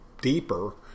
deeper